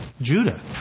judah